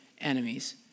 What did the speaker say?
enemies